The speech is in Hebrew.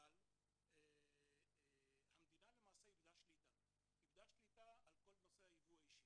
אבל המדינה למעשה איבדה שליטה על כל נושא היבוא האישי.